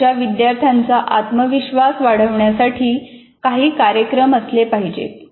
अशा विद्यार्थ्यांचा आत्मविश्वास वाढण्यासाठी काही कार्यक्रम असले पाहिजेत